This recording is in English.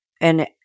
And-